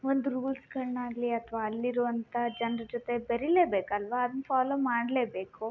ಒಂದು ರೂಲ್ಸ್ಗಳನ್ನಾಗ್ಲಿ ಅಥವಾ ಅಲ್ಲಿರುವಂತ ಜನ್ರ ಜೊತೆ ಬೆರಿಲೆ ಬೇಕಲ್ಲವಾ ಅದ್ನ ಫಾಲೋ ಮಾಡಲೆಬೇಕು